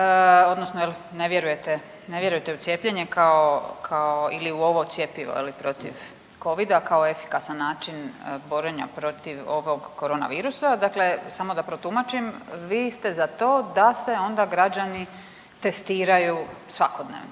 vjerujete, ne vjerujete u cijepljenje kao, kao ili u ovo cjepivo je li protiv covida kao efikasan način borenja protiv ovog koronavirusa. Dakle samo da protumačim, vi ste za to da se onda građani testiraju svakodnevno